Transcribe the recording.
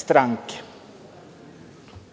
stranke. Dakle,